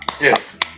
Yes